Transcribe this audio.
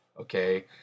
Okay